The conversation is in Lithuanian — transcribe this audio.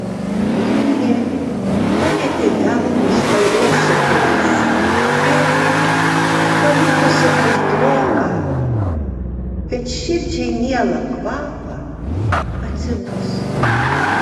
liūnė palietė delnu stangrias šakeles ir pajutusi aitroką bet širdžiai mielą kvapą atsiduso